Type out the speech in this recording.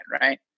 right